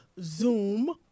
Zoom